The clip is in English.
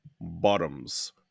Bottoms